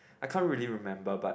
I can't really remember but